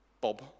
Bob